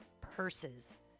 purses